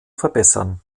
verbessern